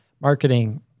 marketing